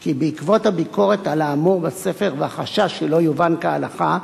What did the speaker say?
כי בעקבות הביקורת על האמור בספר והחשש שלא יובן כהלכה,